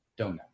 donut